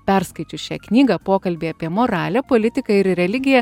perskaičius šią knygą pokalbiai apie moralią politiką ir religiją